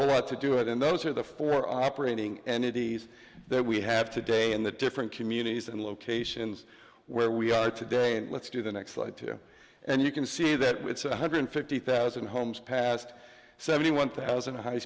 lot to do it and those are the four operating and indies that we have today and the different communities and locations where we are today and let's do the next slide two and you can see that with seven hundred fifty thousand homes passed seventy one thousand high